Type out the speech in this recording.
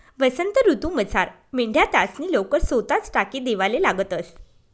वसंत ऋतूमझार मेंढ्या त्यासनी लोकर सोताच टाकी देवाले लागतंस